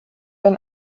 ein